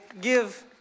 give